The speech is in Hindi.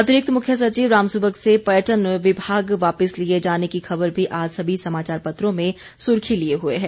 अतिरिक्त मुख्य सचिव रामसुभग से पर्यटन विभाग वापिस लिए जाने की खबर भी आज सभी समाचार पत्रों में सुर्खी लिए हुए है